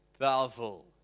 Powerful